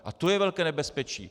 A to je velké nebezpečí.